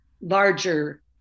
larger